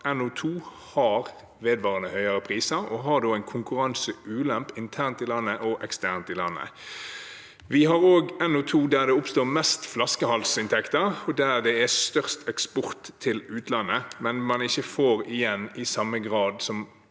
NO2 har vedvarende høyere priser og har en konkurranseulempe internt i landet og eksternt. Det er også i NO2 det oppstår mest flaskehalsinntekter, og der det er størst eksport til utlandet, men man får ikke igjen i samme grad som